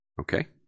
Okay